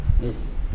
Yes